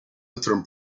lutheran